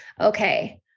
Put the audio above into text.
Okay